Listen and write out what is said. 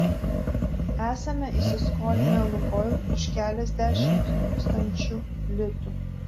esame įsiskolinę lukoil už keliasdešimt tūkstančių litų